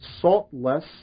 saltless